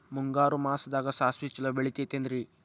ಮುಂಗಾರು ಮಾಸದಾಗ ಸಾಸ್ವಿ ಛಲೋ ಬೆಳಿತೈತೇನ್ರಿ?